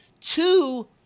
Two